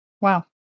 Wow